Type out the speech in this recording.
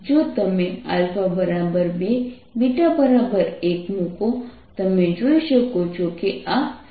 જો તમે 2 1 મૂકો તમે જોઈ શકો છો કે આ સેટિસ્ફાઇડ છે